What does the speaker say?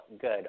good